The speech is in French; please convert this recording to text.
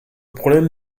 problème